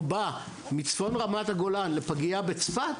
או בא מצפון רמת הגולן לפגייה בצפת,